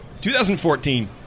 2014